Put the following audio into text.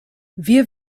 wir